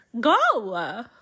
Go